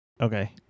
Okay